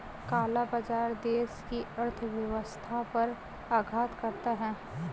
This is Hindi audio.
काला बाजार देश की अर्थव्यवस्था पर आघात करता है